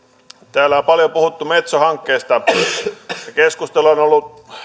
täällä on paljon puhuttu metso hankkeesta ja keskustelua on on ollut